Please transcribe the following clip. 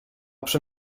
przy